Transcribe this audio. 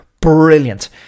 brilliant